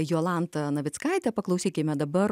jolanta navickaite paklausykime dabar